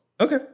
Okay